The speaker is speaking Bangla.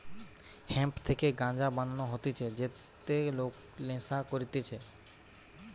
হেম্প থেকে গাঞ্জা বানানো হতিছে যাতে লোক নেশা করতিছে